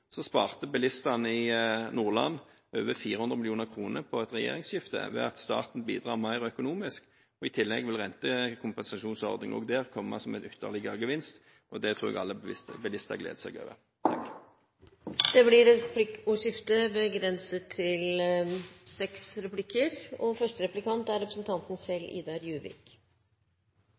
sparte bilistene i Nordland over 400 mill. kr på et regjeringsskifte ved at staten bidrar mer økonomisk. I tillegg vil rentekompensasjonsordningen også der komme som en ytterligere gevinst, og det tror jeg alle bilister gleder seg over. Det blir replikkordskifte.